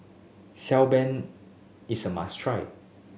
Xi Ban is a must try